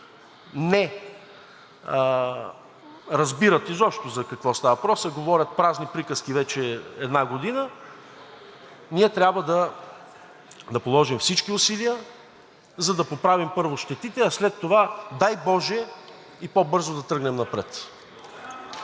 не разбират изобщо за какво става въпрос, а говорят празни приказки вече една година, ние трябва да положим всички усилия, за да поправим първо щетите, а след това, дай боже, и по-бързо да тръгнем напред. (Ръкопляскания